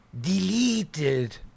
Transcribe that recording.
deleted